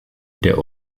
der